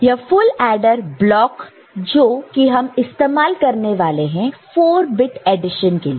यह full adder block जो कि हम इस्तेमाल करने वाले हैं 4 बिट एडिशन के लिए